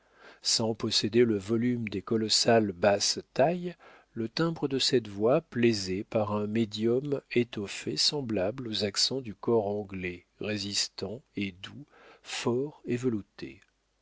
sans posséder le volume des colossales basses tailles le timbre de cette voix plaisait par un médium étoffé semblable aux accents du cor anglais résistants et doux forts et veloutés